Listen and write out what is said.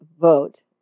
vote